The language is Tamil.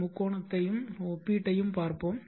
முக்கோணத்தையும் ஒப்பீட்டையும் பார்ப்போம்